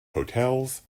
hotels